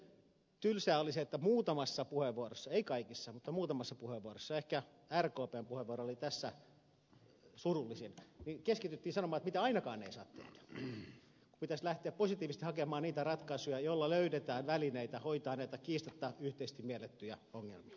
erityisen tylsää oli se että muutamassa puheenvuorossa ei kaikissa mutta muutamassa puheenvuorossa ehkä rkpn puheenvuoro oli tässä surullisin keskityttiin sanomaan mitä ainakaan ei saa tehdä kun pitäisi lähteä positiivisesti hakemaan niitä ratkaisuja joilla löydetään välineitä hoitaa näitä kiistatta yhteisesti miellettyjä ongelmia